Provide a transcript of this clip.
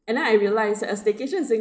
and then I realized a staycation in sing~